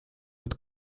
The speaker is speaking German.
mit